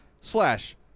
slash